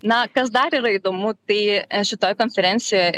na kas dar yra įdomu tai šitoj konferencijoj